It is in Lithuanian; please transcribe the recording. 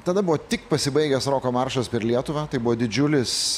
tada buvo tik pasibaigęs roko maršas per lietuvą tai buvo didžiulis